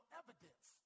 evidence